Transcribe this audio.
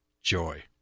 joy